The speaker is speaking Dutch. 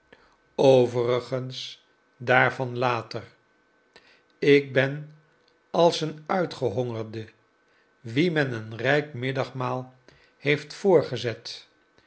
overigens daarvan later ik ben als een uitgehongerde wie men een rijk middagmaal heeft voorgezet